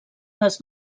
les